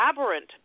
aberrant